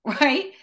right